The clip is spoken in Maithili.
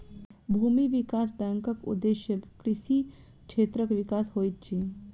भूमि विकास बैंकक उदेश्य कृषि क्षेत्रक विकास होइत अछि